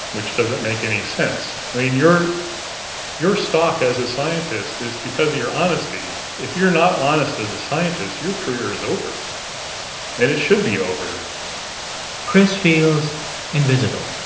which doesn't make any sense. i mean, your your stock as a scientist is because of your honesty. if you're not honest as a scientist, your career is over and it should be over chris feels invisible.